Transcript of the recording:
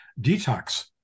detox